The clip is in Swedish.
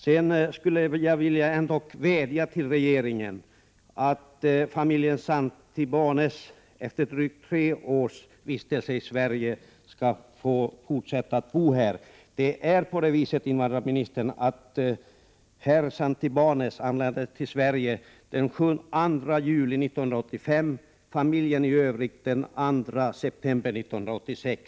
Sedan skulle jag ändå vilja vädja till regeringen att låta familjen Santibanez efter drygt tre års vistelse fortsätta att bo här. Det är på det sättet, invandrarministern, att herr Santibanez anlände till Sverige den 2 juli 1985, familjen i övrigt den 2 september 1986.